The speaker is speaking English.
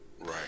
Right